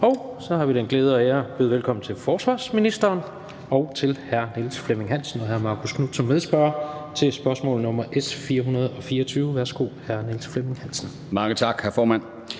Så har vi den glæde og ære at byde velkommen til forsvarsministeren og til hr. Niels Flemming Hansen og hr. Marcus Knuth som medspørger på spørgsmål nr. S 424. Kl. 16:58 Spm. nr. S 424 (omtrykt)